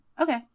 okay